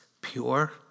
Pure